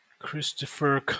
Christopher